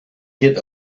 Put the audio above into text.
get